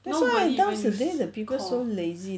that's why nowadays the people so lazy